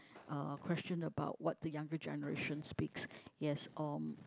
uh question about what the younger generation speaks yes um